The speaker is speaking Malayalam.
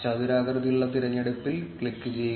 ചതുരാകൃതിയിലുള്ള തിരഞ്ഞെടുപ്പിൽ ക്ലിക്കുചെയ്യുക